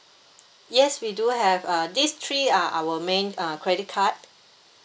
yes we do have uh these three are our main uh credit card